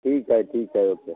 ठीक है ठीक है वो कर